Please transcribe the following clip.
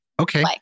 Okay